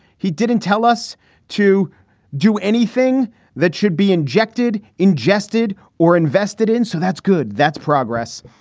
he didn't tell us to do anything that should be injected, ingested or invested in. so that's good. that's progress.